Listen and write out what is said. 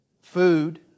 food